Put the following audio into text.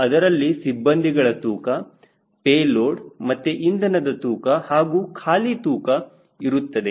ಅದರಲ್ಲಿ ಸಿಬ್ಬಂದಿಗಳ ತೂಕ ಪೇಲೋಡ್ ಮತ್ತೆ ಇಂಧನದ ತೂಕ ಹಾಗೂ ಖಾಲಿ ತೂಕ ಇರುತ್ತದೆ